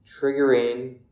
triggering